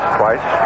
twice